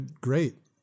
great